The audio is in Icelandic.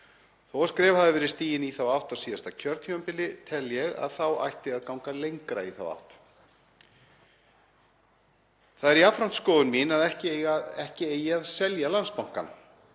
að skref hafi verið stigin í þá átt á síðasta kjörtímabili tel ég að það ætti að ganga lengra í þá átt. Það er jafnframt skoðun mín að ekki eigi að selja Landsbankann.